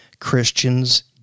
Christians